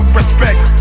respect